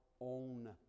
own